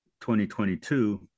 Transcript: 2022